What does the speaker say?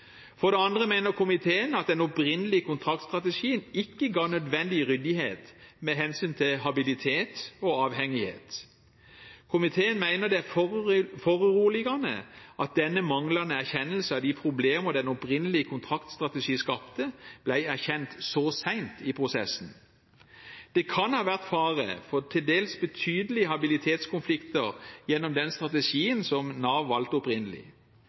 For det andre mener komiteen at den opprinnelige kontraktsstrategien ikke ga nødvendig ryddighet med hensyn til habilitet og avhengighet. Komiteen mener det er foruroligende at den manglende erkjennelsen av de problemer den opprinnelige kontraktsstrategien skapte, ble erkjent så sent i prosessen. Det kan ha vært fare for til dels betydelige habilitetskonflikter gjennom den strategien som Nav opprinnelig valgte.